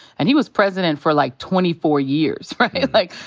and he was president for, like, twenty four years, right? like,